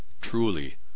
Truly